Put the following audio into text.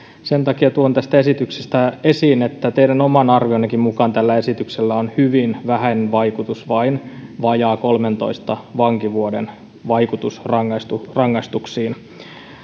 sen takia tuon tästä esityksestä esiin että teidän omankin arvionne mukaan tällä esityksellä on hyvin vähäinen vaikutus vain vajaan kolmentoista vankivuoden vaikutus rangaistuksiin